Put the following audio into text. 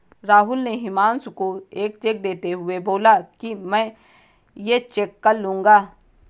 राहुल ने हुमांशु को एक चेक देते हुए बोला कि मैं ये चेक कल लूँगा